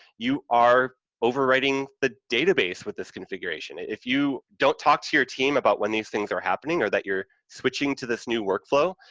you are overwrite thing database with this configuration. if you don't talk to your team about when these things are happening or that you're switching to this new work flow,